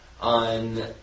on